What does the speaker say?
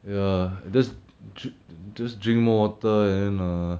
ya just dri~ just drink more water and then err